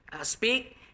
speak